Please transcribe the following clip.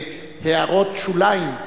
להערות שוליים,